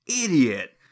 idiot